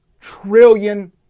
trillion